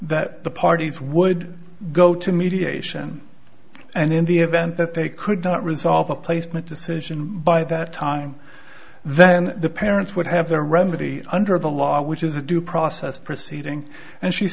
that the parties would go to mediation and in the event that they could not resolve the placement decision by that time then the parents would have the remedy under the law which is a due process proceeding and she